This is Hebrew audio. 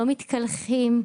לא מתקלחים.